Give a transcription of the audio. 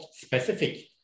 specific